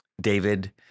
David